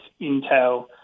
Intel